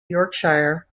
yorkshire